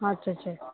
ਅੱਛਾ ਅੱਛਾ